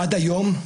עד היום,